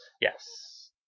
Yes